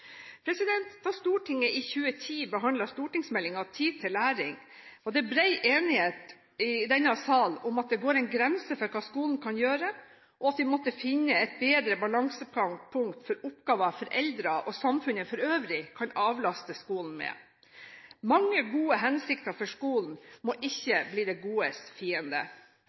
Skandinavia. Da Stortinget i 2010 behandlet Meld. St. 19 for 2009–2010, Tid til læring, var det bred enighet i denne sal om at det går en grense for hva skolen kan gjøre, og at vi måtte finne et bedre balansepunkt for oppgaver foreldre og samfunnet for øvrig kan avlaste skolen med. Mange gode hensikter for skolen må ikke bli det godes fiende.